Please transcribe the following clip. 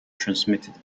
transmitted